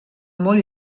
molt